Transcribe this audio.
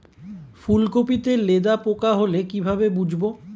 ফুলকপিতে লেদা পোকা হলে কি ভাবে বুঝবো?